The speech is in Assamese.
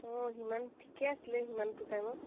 অঁ সিমান ঠিকে আছিলে সিমানটো টাইমত